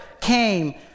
came